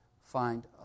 find